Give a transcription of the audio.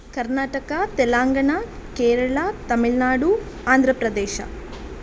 Karnataka Telangana Kerala Tamil Nadu Andhra Pradesh